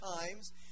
times